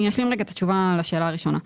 אני אשלים רגע את התשובה לשאלה הראשונה.